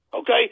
Okay